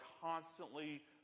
constantly